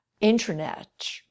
internet